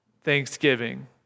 Thanksgiving